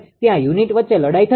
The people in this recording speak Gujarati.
ત્યાં યુનિટ વચ્ચે લડાઇ થશે